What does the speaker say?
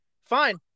Fine